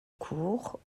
cours